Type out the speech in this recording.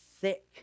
thick